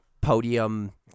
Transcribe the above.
podium